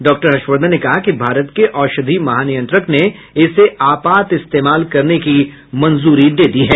doctor Harshvardhan ने कहा कि भारत के औषधि महानियंत्रक ने इसे आपात इस्तेमाल करने की मंजूरी दे दी है